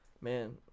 man